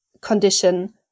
condition